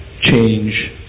change